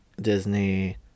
Disney